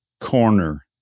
corner